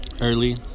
early